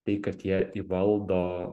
tai kad jie įvaldo